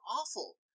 awful